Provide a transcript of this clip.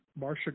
Marsha